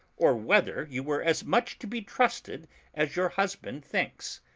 or whether you were as much to be trusted as your husband thinks.